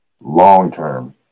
long-term